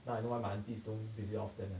now I know why my aunties don't visit often eh